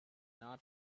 not